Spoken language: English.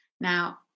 Now